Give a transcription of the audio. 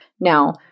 Now